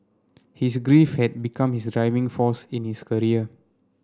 his grief had become his driving force in his career